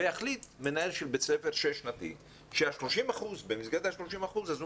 יחליט מנהל בית ספר שש-שנתי שבמסגרת ה-30 אחוזים הוא